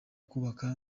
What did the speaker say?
kubaka